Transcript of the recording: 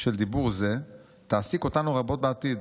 של דיבור זה תעסיק אותנו רבות בעתיד.